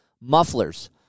Mufflers